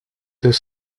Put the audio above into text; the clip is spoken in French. deux